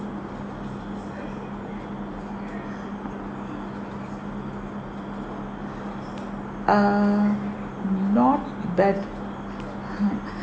uh not bad ha